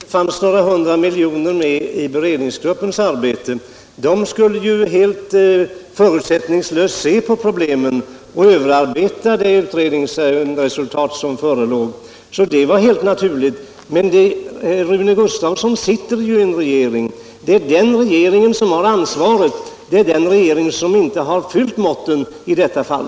Herr talman! Det är klart att det inte fanns några 100 milj.kr. med i beredningsgruppens arbete. Den skulle ju helt förutsättningslöst se på problemen och överarbeta det utredningsresultat som förelåg, så det var alldeles naturligt. Men Rune Gustavsson sitter ju i en regering. Det är den regeringen som har ansvaret och det är den som inte har fyllt måttet i detta fall.